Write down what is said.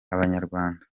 abanyarwanda